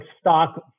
stock